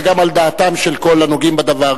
זה גם על דעתם של כל הנוגעים בדבר,